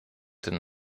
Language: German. den